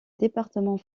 département